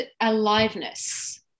aliveness